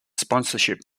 sponsorship